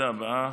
השאילתה הבאה,